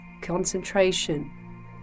concentration